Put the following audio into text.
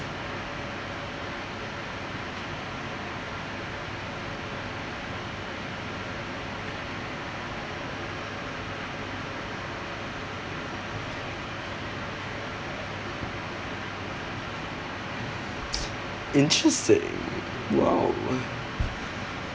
interesting !wow!